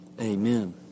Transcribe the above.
Amen